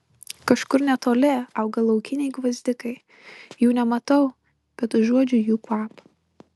kažkur netoli auga laukiniai gvazdikai jų nematau bet užuodžiu jų kvapą